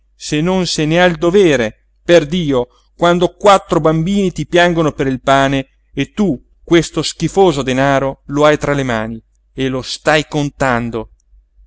se non se ne ha il dovere perdio quando quattro bambini ti piangono per il pane e tu questo schifoso denaro lo hai tra le mani e lo stai contando